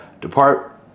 depart